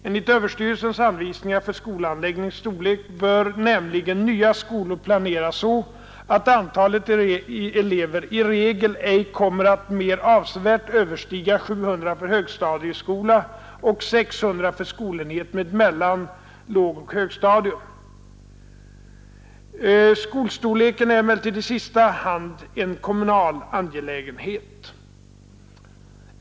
Enligt överstyrelsens anvisningar för skolanläggnings storlek bör nämligen nya skolor planeras så att antalet elever i regel ej kommer att mer avsevärt överstiga 700 för högstadieskola och 600 för skolenhet med mellan och högstadium. Skolstorleken är emellertid i sista hand en kommunal angelägenhet.